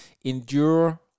endure